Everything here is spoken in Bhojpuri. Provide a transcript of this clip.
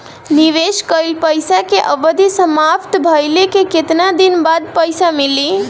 निवेश कइल पइसा के अवधि समाप्त भइले के केतना दिन बाद पइसा मिली?